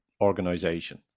organization